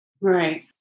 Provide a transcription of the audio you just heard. Right